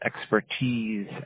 expertise